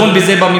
יש אפשרויות.